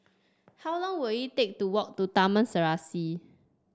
how long will it take to walk to Taman Serasi